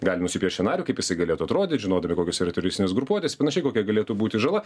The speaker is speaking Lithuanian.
galime supiešinariu kaip jisai galėtų atrodyt žinodami kokios yra turistinės grupuotės panašiai kokia galėtų būti žala